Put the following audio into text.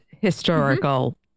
historical